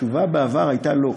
התשובה בעבר הייתה לא,